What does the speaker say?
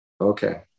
Okay